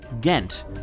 Ghent